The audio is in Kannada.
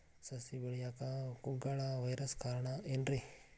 ಸಸಿ ಬೆಳೆಯಾಕ ಕುಗ್ಗಳ ವೈರಸ್ ಕಾರಣ ಏನ್ರಿ?